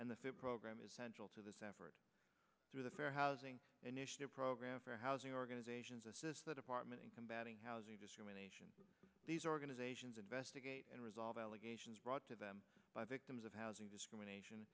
and the food program is central to this effort through the fair housing initiative program for housing organizations assist the department in combating housing discrimination these organizations investigate and resolve allegations brought to them by victims of housing discrimination